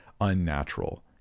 unnatural